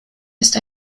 ist